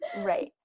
Right